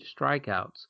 strikeouts